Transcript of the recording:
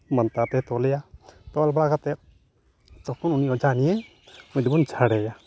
ᱢᱟᱱᱛᱟᱨ ᱛᱮᱭ ᱛᱚᱞᱮᱭᱟ ᱛᱚᱞ ᱵᱟᱲᱟ ᱠᱟᱛᱮ ᱛᱚᱠᱷᱚᱱ ᱩᱱᱤ ᱚᱡᱷᱟ ᱜᱮ ᱩᱱᱤ ᱫᱚᱵᱚᱱ ᱡᱷᱟᱲᱮᱭᱟ